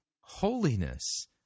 holiness